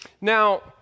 Now